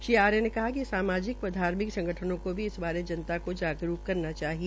श्री आर्य ने कहा कि सामाजिक व धार्मिक संगठनों को इस बारे जनता को जागरूक करना चाहिए